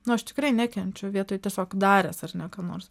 nu aš tikrai nekenčiu vietoj tiesiog daręs ar ne kam nors